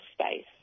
space